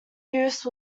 use